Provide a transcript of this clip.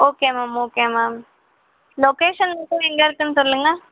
okay ma'am okay ma'am location மட்டும் எங்கே இருக்குதுன்னு சொல்லுங்க